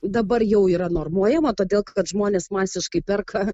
dabar jau yra normuojama todėl kad žmonės masiškai perka